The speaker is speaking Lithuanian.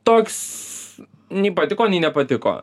toks nei patiko nei nepatiko